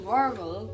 Marvel